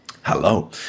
Hello